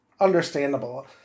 understandable